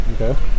Okay